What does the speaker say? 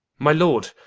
my lord,